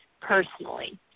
personally